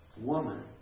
woman